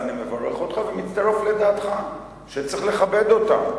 אני מברך אותך ומצטרף לדעתך שצריך לכבד אותן.